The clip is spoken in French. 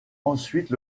ensuite